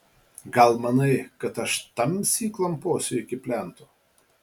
gal manai kad aš tamsy klamposiu iki plento